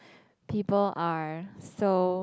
people are so